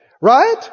Right